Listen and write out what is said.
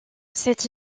cette